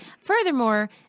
Furthermore